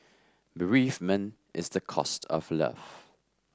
bereavement is the cost of love